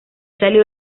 salió